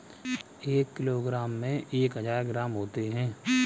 एक किलोग्राम में एक हजार ग्राम होते हैं